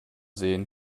sehen